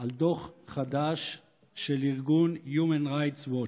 על דוח חדש של ארגון Human Rights Watch,